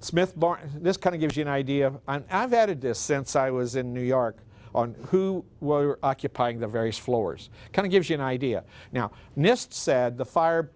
smith barton this kind of gives you an idea i've added this since i was in new york on who were occupying the various floors kind of gives you an idea now nist said the fire